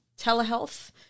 telehealth